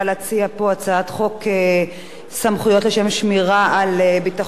לשם שמירה על ביטחון הציבור (תיקון,